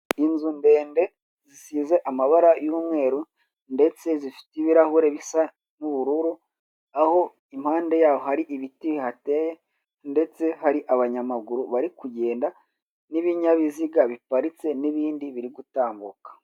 Inzu ndende zisize amabara y'umweru ndetse zifite ibirahure bisa n'ubururu, aho impande y'aho hari ibiti bihateye, ndetse hari abanyamaguru bari kugenda n'ibinyabiziga biparitse n'ibindi biri gutambuka.